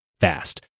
fast